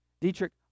Dietrich